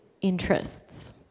interests